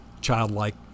childlike